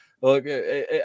Look